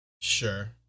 Sure